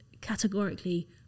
categorically